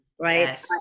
Right